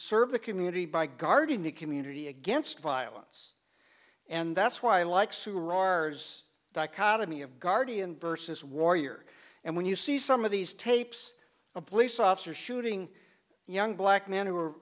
serve the community by guarding the community against violence and that's why i like to rars dichotomy of guardian versus warrior and when you see some of these tapes a police officer shooting young black man who are